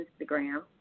Instagram